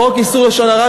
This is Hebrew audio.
חוק איסור לשון הרע,